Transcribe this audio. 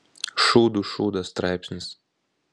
šūdų šūdas straipsnis